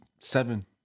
seven